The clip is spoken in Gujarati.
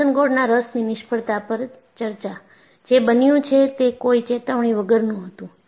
બોસ્ટન ગોળના રસની નિષ્ફળતા પર ચર્ચા જે બન્યું છે તે કોઈ ચેતવણી વગરનું હતું